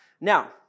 now